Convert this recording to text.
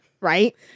right